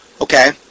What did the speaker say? Okay